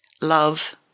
love